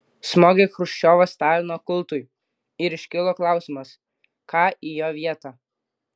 smogė chruščiovas stalino kultui ir iškilo klausimas ką į jo vietą